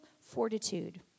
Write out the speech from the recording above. fortitude